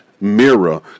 mirror